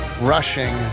rushing